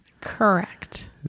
Correct